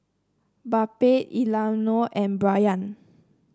Babette Emiliano and Brayan